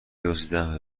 دزدیدم